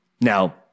Now